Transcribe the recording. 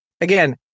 Again